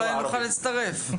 אולי נוכל להצטרף.